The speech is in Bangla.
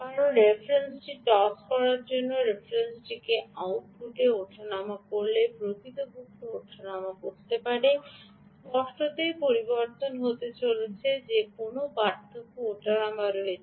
কারণ রেফারেন্সটি টস করার জন্য রেফারেন্সটির আউটপুট ওঠানামা করলে প্রকৃতপক্ষে ওঠানামা করতে পারে স্পষ্টতই পরিবর্তন হতে চলেছে এবং কেন পার্থক্য ওঠানামা করছে